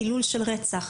הילול של רצח,